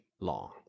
long